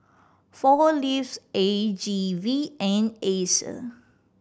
Four Leaves A G V and Acer